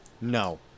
No